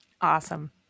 awesome